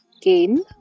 gain